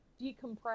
decompress